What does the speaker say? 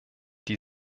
die